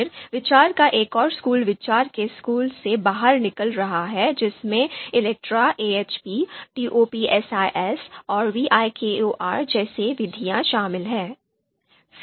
फिर विचार का एक और स्कूल विचार के स्कूल से बाहर निकल रहा है जिसमें इलेक्ट्रा AHP TOPSIS और VIKOR जैसी विधियाँ शामिल हैं